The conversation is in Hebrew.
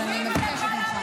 אז אני מבקשת ממך.